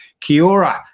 Kiora